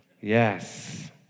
Yes